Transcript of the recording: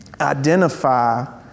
identify